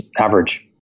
average